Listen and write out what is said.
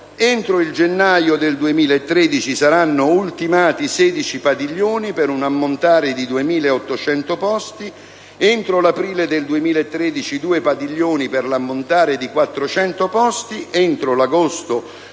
entro il gennaio 2013 saranno ultimati 16 padiglioni, per un ammontare di 2.800 posti; entro l'aprile 2013, due padiglioni, per un'ammontare di 400 posti;